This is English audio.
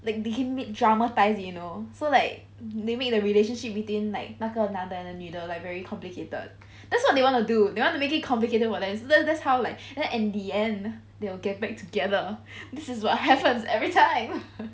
they can dramatise it you know so like they make the relationship between like 那个男的女的 like very complicated that's what they wanna do they want to make it complicated for them that's how like then and the end they will get back together this is what happens every time